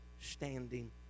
standing